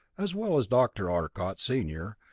as well as dr. arcot, senior,